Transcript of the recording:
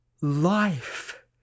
life